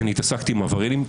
כן, התעסקתי עם עבריינים.